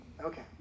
Okay